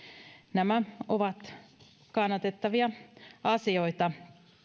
nämä ovat kannatettavia asioita